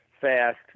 fast